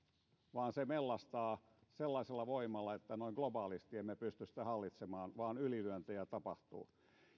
vaan se mellastaa sellaisella voimalla että noin globaalisti emme pysty sitä hallitsemaan vaan ylilyöntejä tapahtuu